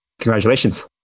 Congratulations